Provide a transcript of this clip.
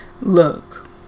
Look